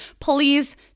please